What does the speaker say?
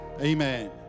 Amen